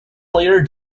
player